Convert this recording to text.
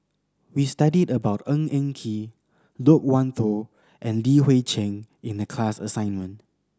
we studied about Ng Eng Kee Loke Wan Tho and Li Hui Cheng in the class assignment